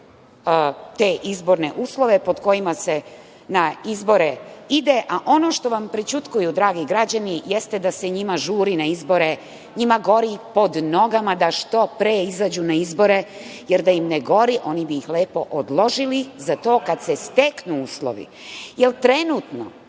te izborne uslove pod kojima se na izbore ide, a ono što vam prećutkuju, dragi građani, jeste da se njima žuri na izbore. Njima gori pod nogama da što pre izađu na izbore, jer da im ne gori, oni bi ih lepo odložili za to kad se steknu uslovi. Jer,